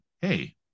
hey